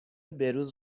بهروز